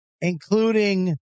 including